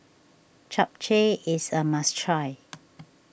Japchae is a must try